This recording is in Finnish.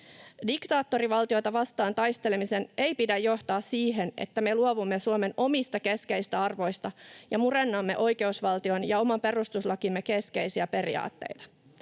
Diktaattorivaltiota vastaan taistelemisen ei pidä johtaa siihen, että me luovumme Suomen omista keskeistä arvoista ja murennamme oikeusvaltion ja oman perustuslakimme keskeisiä periaatteita.